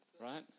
right